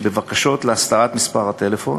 בבקשה להסתרת מספר הטלפון,